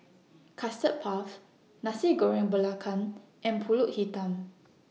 Custard Puff Nasi Goreng Belacan and Pulut Hitam